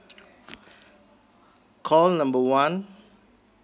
call number one